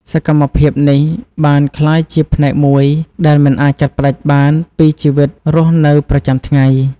សកម្មភាពនេះបានក្លាយជាផ្នែកមួយដែលមិនអាចកាត់ផ្ដាច់បានពីជីវិតរស់នៅប្រចាំថ្ងៃ។